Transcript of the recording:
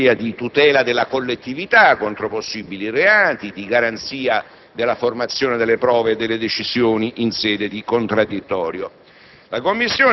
in materia di tutela della collettività contro possibili reati, di garanzia della formazione delle prove e delle decisioni in sede di contraddittorio.